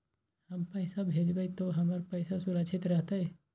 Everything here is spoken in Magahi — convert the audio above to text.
हम पैसा भेजबई तो हमर पैसा सुरक्षित रहतई?